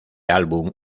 álbum